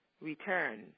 return